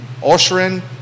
Oshrin